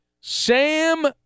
Sam